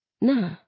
Nah